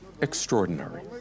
extraordinary